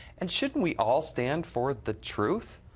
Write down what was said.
and shouldn't we all stand for the truth?